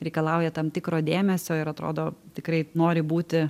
reikalauja tam tikro dėmesio ir atrodo tikrai nori būti